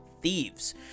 Thieves